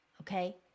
Okay